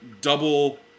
double